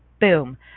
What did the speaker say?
boom